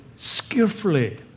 skillfully